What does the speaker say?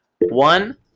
One